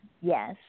Yes